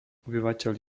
obyvateľ